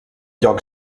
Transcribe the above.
lloc